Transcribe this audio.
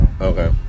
Okay